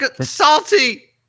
Salty